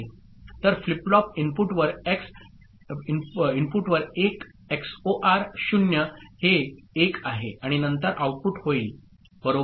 तर flip flop इनपुटवर 1 XOR 0 हे 1 आहे आणि नंतर आउटपुट होईल बरोबर